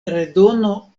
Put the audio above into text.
redono